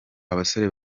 abasore